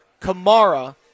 Kamara